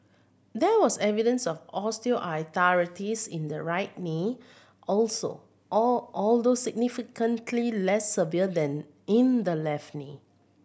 there was evidence of osteoarthritis in the right knee also or although significantly less severe than in the left knee